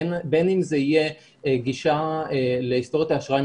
בין אם זו תהיה גישה להיסטוריית האשראי,